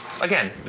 again